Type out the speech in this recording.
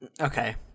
Okay